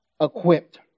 equipped